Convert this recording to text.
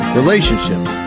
relationships